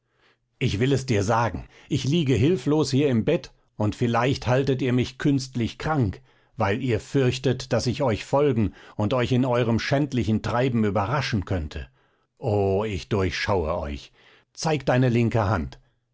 ich will es dir sagen ich liege hilflos hier im bett und vielleicht haltet ihr mich künstlich krank weil ihr fürchtet daß ich euch folgen und euch in eurem schändlichen treiben überraschen könnte o ich durchschaue euch zeig deine linke hand